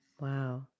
Wow